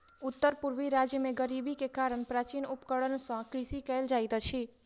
उत्तर पूर्वी राज्य में गरीबी के कारण प्राचीन उपकरण सॅ कृषि कयल जाइत अछि